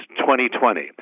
2020